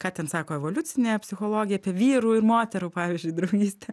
ką ten sako evoliucinė psichologija apie vyrų ir moterų pavyzdžiui draugystę